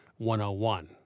101